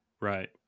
Right